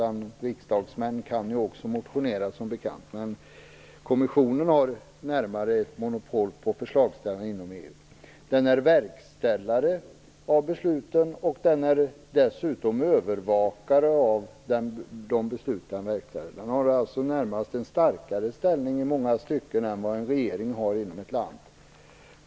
Riksdagsmän kan också motionera, som bekant. Men kommissionen har nära nog monopol på förslagsställning inom EU. Den är verkställare av besluten, och den är dessutom övervakare av de beslut den verkställer. Den har i många stycken en starkare ställning än vad en regering har inom ett land.